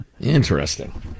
Interesting